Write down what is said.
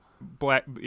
black